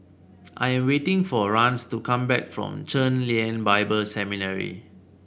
I am waiting for Rance to come back from Chen Lien Bible Seminary